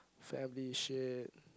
family shit